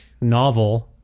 novel